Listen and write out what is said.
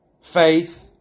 faith